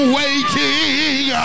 waiting